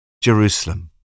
Jerusalem